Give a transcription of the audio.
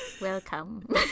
welcome